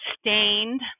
stained